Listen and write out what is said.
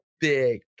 Big